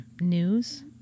News